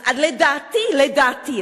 לדעתי,